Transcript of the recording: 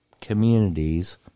communities